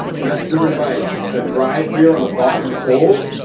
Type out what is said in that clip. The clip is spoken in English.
and that's driven by a drive gear on the bottom of the bowl.